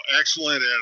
excellent